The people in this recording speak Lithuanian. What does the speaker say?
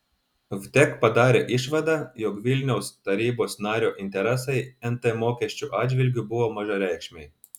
vtek padarė išvadą jog vilniaus tarybos nario interesai nt mokesčio atžvilgiu buvo mažareikšmiai